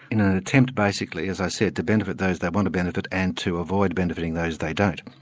in an attempt basically, as i said, to benefit those they want to benefit and to avoid benefiting those they don't.